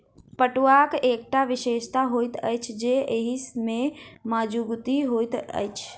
पटुआक एकटा विशेषता होइत अछि जे एहि मे मजगुती होइत अछि